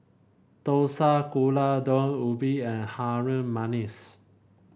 dosa Gulai Daun Ubi and Harum Manis